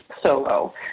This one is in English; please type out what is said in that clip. solo